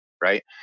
right